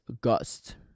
Gust